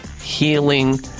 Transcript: Healing